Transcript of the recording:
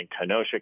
Kenosha